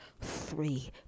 three